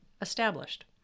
established